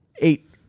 eight